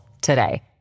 today